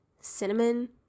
cinnamon